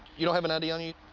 you don't have an id on you?